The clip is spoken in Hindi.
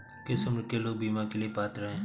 किस उम्र के लोग बीमा के लिए पात्र हैं?